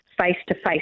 face-to-face